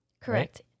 Correct